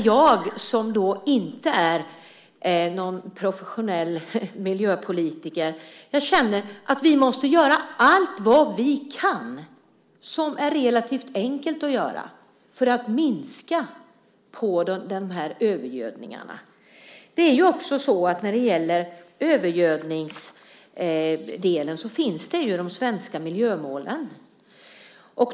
Jag är inte någon professionell miljöpolitiker, men jag känner att vi måste göra allt vad vi kan som är relativt enkelt att göra för att minska på övergödningen. I fråga om övergödningen finns de svenska miljömålen.